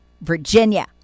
Virginia